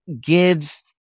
gives